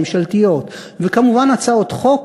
ממשלתיות, וכמובן הצעות חוק.